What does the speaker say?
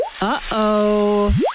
Uh-oh